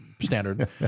Standard